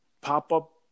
pop-up